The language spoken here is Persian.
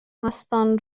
مستان